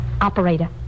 Operator